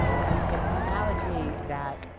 and it's an analogy that